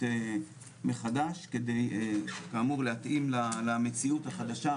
מחדש כדי כאמור להתאים למציאות החדשה,